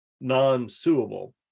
non-suable